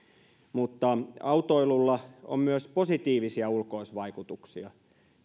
mutta autoilulla on myös positiivisia ulkoisvaikutuksia